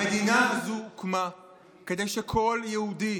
המדינה הזו הוקמה כדי שכל יהודי,